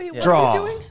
Draw